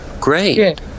Great